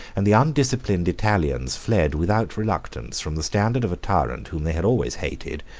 and the undisciplined italians fled without reluctance from the standard of a tyrant whom they had always hated,